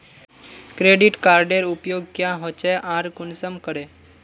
Credit कार्डेर उपयोग क्याँ होचे आर कुंसम करे?